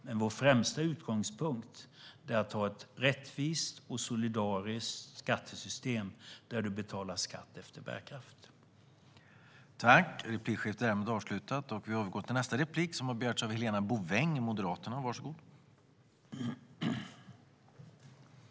Men vår främsta utgångpunkt är att ha ett rättvist och solidariskt skattesystem där man betalar skatt efter bärkraft.